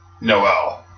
Noel